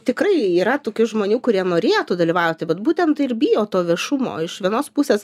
tikrai yra tokių žmonių kurie norėtų dalyvauti bet būtent ir bijo to viešumo iš vienos pusės